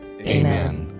Amen